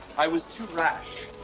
i was too rash.